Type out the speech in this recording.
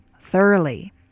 thoroughly